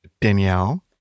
Danielle